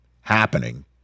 happening